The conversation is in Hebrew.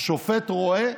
השופט רואה,